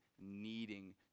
needing